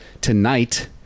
tonight